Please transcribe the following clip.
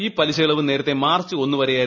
ഈ പലിശ ഇളവ് നേരത്തെ മാർച്ച് ഒന്നു വരെയായിരുന്നു